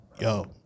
yo